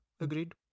agreed